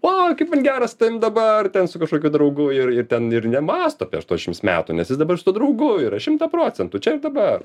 vau kaip man gera ten su tavim dabar ten su kažkokiu draugu ir ir ten ir nemąsto apie aštuoniasdešimts metų nes jis dabar su tuo draugu yra šimtą procentų čia ir dabar